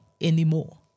anymore